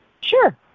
Sure